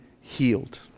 healed